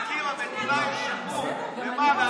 גברתי השרה, משפט סיום, בבקשה.